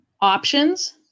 options